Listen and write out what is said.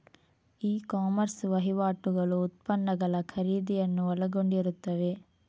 E commerce ವಹಿವಾಟುಗಳು ಉತ್ಪನ್ನಗಳ ಖರೀದಿಯನ್ನು ಒಳಗೊಂಡಿರುತ್ತವೆ